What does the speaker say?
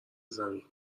زمین